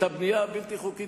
את הבנייה הבלתי-חוקית,